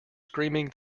screaming